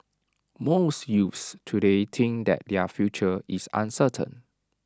most youths today think that their future is uncertain